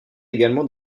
également